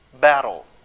battle